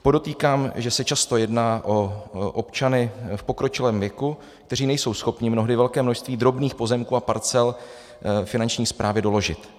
Podotýkám, že se často jedná o občany v pokročilém věku, kteří nejsou schopni mnohdy velké množství drobných pozemků a parcel Finanční správě doložit.